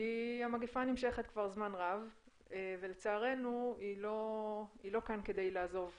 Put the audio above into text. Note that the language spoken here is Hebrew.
כי המגפה נמשכת כבר זמן רב ולצערנו היא לא כאן כדי לעזוב מחר.